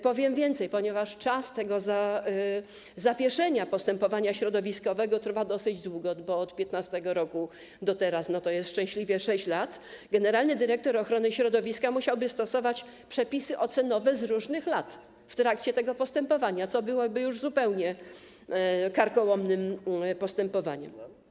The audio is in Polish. Powiem więcej, ponieważ czas zawieszenia postępowania środowiskowego trwa dosyć długo, bo od 2015 r. do teraz to jest szczęśliwie 6 lat, generalny dyrektor ochrony środowiska musiałby stosować przepisy ocenowe z różnych lat w trakcie tego postępowania, co byłoby już zupełnie karkołomnym postępowaniem.